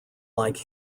like